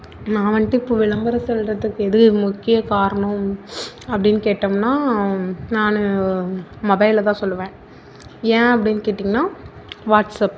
நான் வந்துட்டு இப்போது விளம்பரம் சொல்கிறதுக்கு எது முக்கிய காரணம் அப்படின்னு கேட்டோம்னால் நான் மொபைலை தான் சொல்லுவேன் ஏன் அப்படின்னு கேட்டிங்கன்னால் வாட்ஸப்